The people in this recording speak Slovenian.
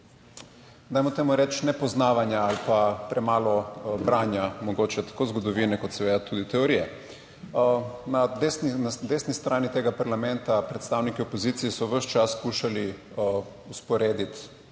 dajmo temu reči, nepoznavanja ali pa premalo branja mogoče tako zgodovine kot seveda tudi teorije. Na desni strani tega parlamenta. Predstavniki opozicije so ves čas skušali vzporediti